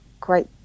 great